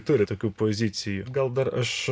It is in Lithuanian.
turi tokių pozicijų gal dar aš